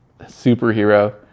superhero